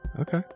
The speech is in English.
Okay